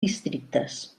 districtes